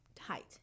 height